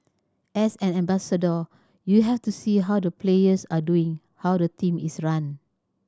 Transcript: as an ambassador you have to see how the players are doing how the team is run